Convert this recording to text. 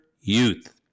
youth